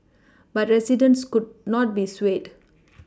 but residents could not be swayed